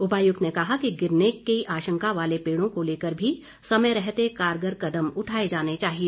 उपाायुक्त ने कहा कि गिरने की आशंका वाले पेड़ों को लेकर भी समय रहते कारगर कदम उठाए जाने चाहिए